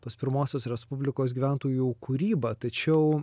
tos pirmosios respublikos gyventojų kūrybą tačiau